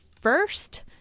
first